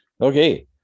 okay